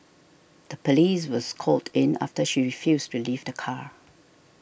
the police was called in after she refused to leave the car